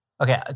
okay